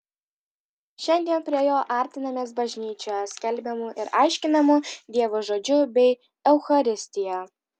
šiandien prie jo artinamės bažnyčioje skelbiamu ir aiškinamu dievo žodžiu bei eucharistija